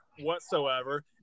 whatsoever